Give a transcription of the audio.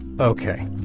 Okay